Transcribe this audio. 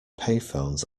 payphones